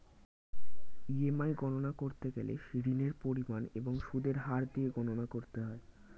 EMI গণনা করতে গেলে ঋণের পরিমাণ এবং সুদের হার দিয়ে গণনা করতে হয়